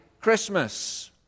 Christmas